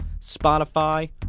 Spotify